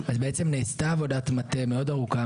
נעשתה עבודת מטה מאוד ארוכה,